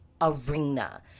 arena